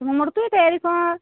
त्यच्यामुडं तू इ तयारी कर